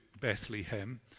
Bethlehem